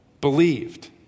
believed